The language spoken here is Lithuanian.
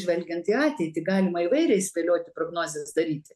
žvelgiant į ateitį galima įvairiai spėliot prognozes daryti